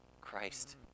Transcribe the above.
Christ